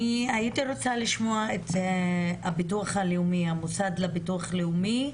אני הייתי רוצה לשמוע את המוסד לביטוח הלאומי.